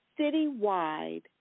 citywide